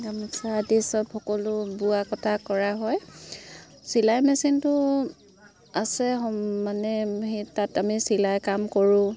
গামোচা আদি চব সকলো বোৱা কথা কৰা হয় চিলাই মেচিনটো আছে মানে সেই তাত আমি চিলাই কাম কৰোঁ